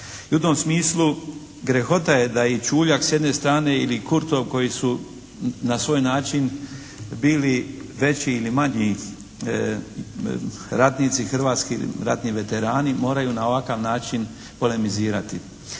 u tom smislu grehota je da ih Čuljak s jedne strane ili Kurtov koji su na svoj način bili veći ili manji ratnici, hrvatski ratni veterani moraju na ovakav način polemizirati.